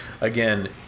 again